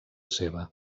seva